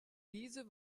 diese